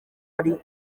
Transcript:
ari